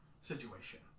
situation